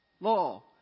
law